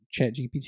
ChatGPT